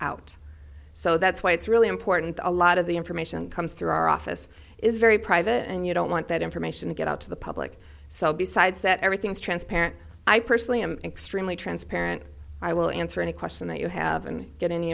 out so that's why it's really important a lot of the information comes through our office is very private and you don't want that information to get out to the public so besides that everything is transparent i personally am extremely transparent i will answer any question that you have and get any